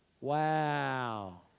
Wow